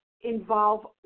involve